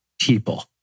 people